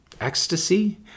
ecstasy